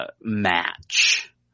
match